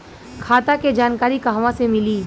खाता के जानकारी कहवा से मिली?